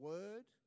Word